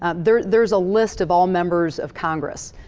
ah there's there's a list of all members of congress.